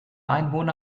einwohner